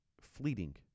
fleeting